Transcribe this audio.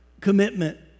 commitment